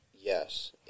yes